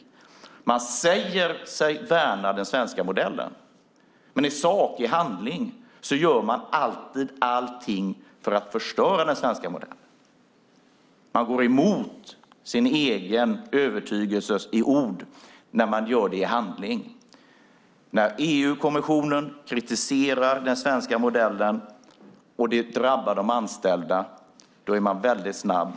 Regeringen säger sig värna den svenska modellen, men i sak och i handling gör den alltid allting för att förstöra den svenska modellen. Regeringen går emot sin egen övertygelse i ord när man gör detta i handling. När EU-kommissionen kritiserar den svenska modellen och det drabbar de anställda är regeringen snabb.